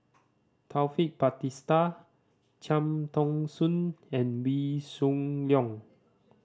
Taufik Batisah Cham Ton Soon and Wee Shoo Leong